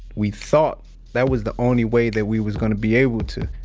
we thought that was the only way that we was gonna be able to,